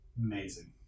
amazing